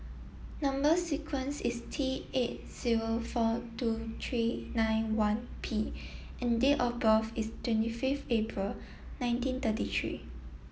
number sequence is T eight zero four two three nine one P and date of birth is twenty fifth April nineteen thirty three